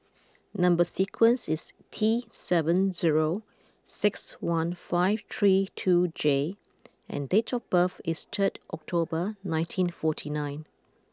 number sequence is T seven zero six one five three two J and date of birth is third October nineteen forty nine